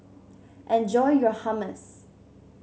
enjoy your Hummus